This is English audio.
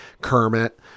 kermit